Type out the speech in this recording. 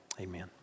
Amen